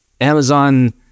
Amazon